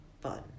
Fun